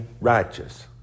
righteous